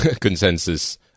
consensus